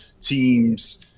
teams